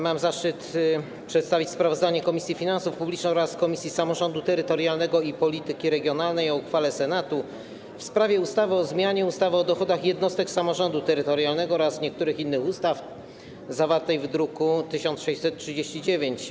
Mam zaszczyt przedstawić sprawozdanie Komisji Finansów Publicznych oraz Komisji Samorządu Terytorialnego i Polityki Regionalnej o uchwale Senatu w sprawie ustawy o zmianie ustawy o dochodach jednostek samorządu terytorialnego oraz niektórych innych ustaw zawartej w druku nr 1639.